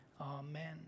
amen